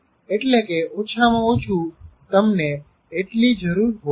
એટલે કે ઓછા માં ઓછું તમને એટલી જરૂર હોય છે